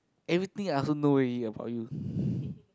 everything I also know already about you